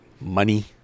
money